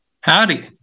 Howdy